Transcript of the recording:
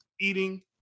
eating